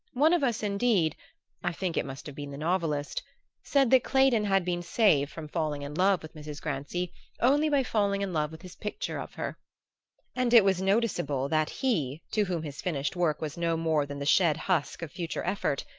one of us, indeed i think it must have been the novelist said that clayton had been saved from falling in love with mrs. grancy only by falling in love with his picture of her and it was noticeable that he, to whom his finished work was no more than the shed husk of future effort,